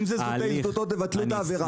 אם זה זוטי זוטות, תבטלו את העבירה.